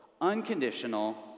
unconditional